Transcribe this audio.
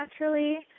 naturally